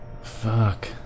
Fuck